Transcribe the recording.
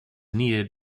needed